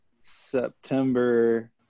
September